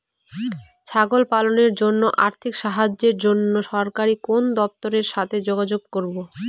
ছাগল পালনের জন্য আর্থিক সাহায্যের জন্য সরকারি কোন দপ্তরের সাথে যোগাযোগ করব?